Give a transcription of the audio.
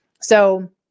So-